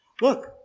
Look